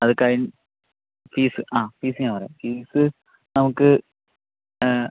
അത് കഴിഞ്ഞ് ഫീസ് ആ ഫീസ് ഞാൻ പറയാം ഫീസ് നമുക്ക്